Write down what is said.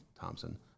Thompson